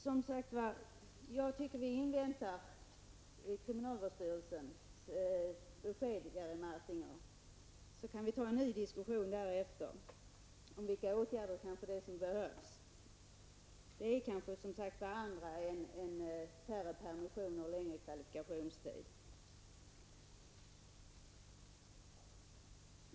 Som sagt, Jerry Martinger, tycker jag att vi skall invänta kriminalvårdsstyrelsens besked. Därefter kan vi föra en ny diskussion om vilka åtgärder som kan behövas. Det är kanske andra än färre permissioner och längre kvalifikationstider.